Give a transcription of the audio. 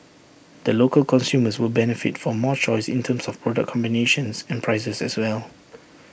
the local consumers will benefit from more choice in terms of product combinations and prices as well